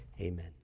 amen